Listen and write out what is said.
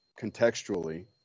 contextually